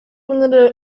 ûnder